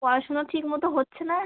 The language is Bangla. পড়াশুনো ঠিকমতো হচ্ছে না